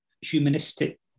humanistic